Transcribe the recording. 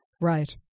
Right